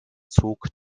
zog